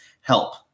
help